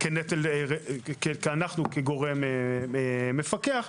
כגורם מפקח.